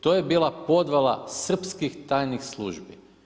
To je bila podvala srpskih tajnih službi.